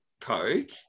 coke